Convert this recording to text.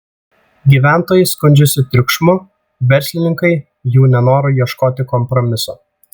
gyventojai skundžiasi triukšmu verslininkai jų nenoru ieškoti kompromiso